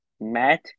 Matt